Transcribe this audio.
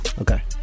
Okay